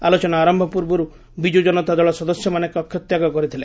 ଆଲୋଚନା ଆରମ୍ଭ ପୂର୍ବରୁ ବିଜୁ ଜନତା ଦଳ ସଦସ୍ୟମାନେ କକ୍ଷ ତ୍ୟାଗ କରିଥିଲେ